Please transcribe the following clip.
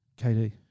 KD